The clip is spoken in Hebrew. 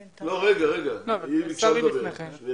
כן, בבקשה.